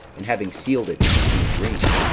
and having sealed it with the king's ring,